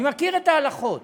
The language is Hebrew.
אני מכיר את ההלכות.